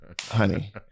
honey